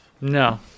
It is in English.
No